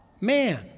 man